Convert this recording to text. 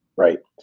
right?